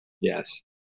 Yes